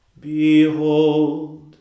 Behold